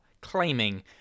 claiming